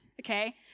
okay